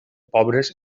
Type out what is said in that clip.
pobres